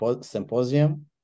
symposium